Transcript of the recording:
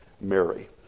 Mary